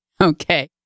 Okay